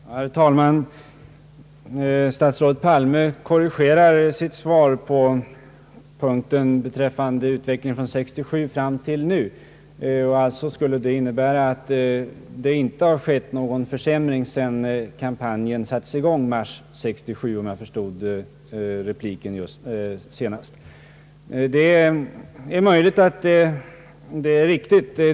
Herr talman! Statsrådet Palme har korrigerat sitt svar beträffande utvecklingen från 1967 fram till nu. Om jag uppfattade honom rätt, har det således inte skett någon försämring sedan kampanjen sattes i gång i mars 1967.